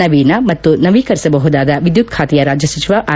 ನವೀನ ಮತ್ತು ನವೀಕರಿಸಬಹುದಾದ ವಿದ್ಮುತ್ ಬಾತೆಯ ರಾಜ್ಹ ಸಚಿವ ಆರ್